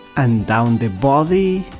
and down the body,